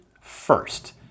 first